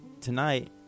tonight